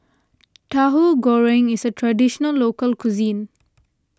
Tahu Goreng is a Traditional Local Cuisine